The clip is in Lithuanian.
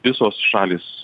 visos šalys